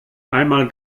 einmal